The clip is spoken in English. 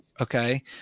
okay